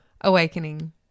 awakening